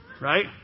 Right